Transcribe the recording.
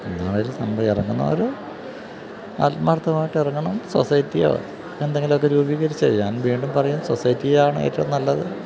ഇറങ്ങുന്നവര് ആത്മാർത്ഥമായിട്ട് ഇറങ്ങണം സൊസൈറ്റിയോ എന്തെങ്കിലുമൊക്കെ രൂപീകരിച്ച് ഞാൻ വീണ്ടും പറയും സൊസൈറ്റിയാണ് ഏറ്റവും നല്ലത്